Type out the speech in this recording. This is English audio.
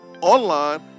online